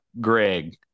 Greg